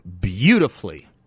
beautifully